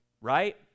right